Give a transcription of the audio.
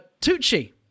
Tucci